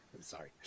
Sorry